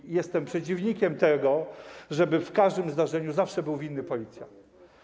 I jestem przeciwnikiem tego, żeby w każdym zdarzeniu zawsze był winny policjant.